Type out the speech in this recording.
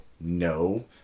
no